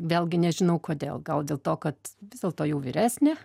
vėlgi nežinau kodėl gal dėl to kad vis dėlto jau vyresnė